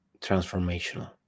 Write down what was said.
transformational